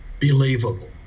believable